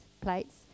plates